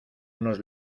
unos